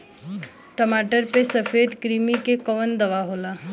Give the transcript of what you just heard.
टमाटर पे सफेद क्रीमी के कवन दवा होला?